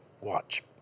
Watch